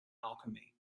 alchemy